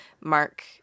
mark